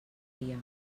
tria